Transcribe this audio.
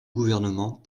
gouvernement